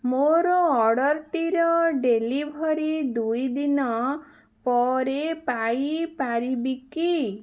ମୋର ଅର୍ଡ଼ର୍ଟିର ଡେଲିଭରି ଦୁଇଦିନ ପରେ ପାଇପାରିବି କି